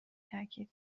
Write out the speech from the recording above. تاکید